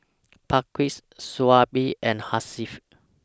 Balqis Shoaib and Hasif